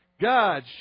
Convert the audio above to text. God